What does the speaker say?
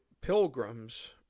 pilgrims